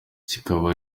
kikaba